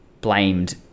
blamed